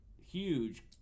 huge